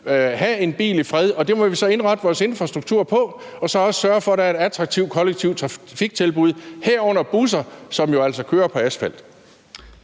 have den i fred, og det må vi så indrette vores infrastruktur efter og så også sørge for, at der er et attraktivt kollektivt trafiktilbud, herunder busser, som jo altså kører på asfalt.